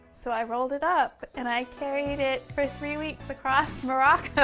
so i rolled it up, and i carried it for three weeks across morocco,